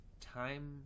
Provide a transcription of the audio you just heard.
time